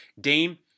Dame